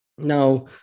Now